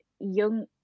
young